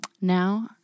Now